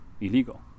illegal